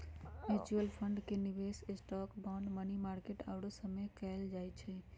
mutual fund के निवेश stock, bond, money market आउरो सभमें कएल जाइ छइ